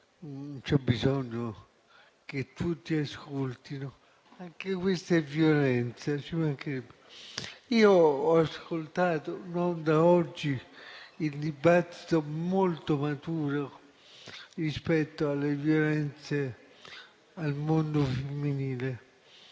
c'è bisogno che tutti ascoltino: anche questa è violenza, ci mancherebbe. Io ho ascoltato, non da oggi, il dibattito, molto maturo, rispetto alle violenze al mondo femminile.